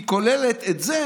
היא כוללת את זה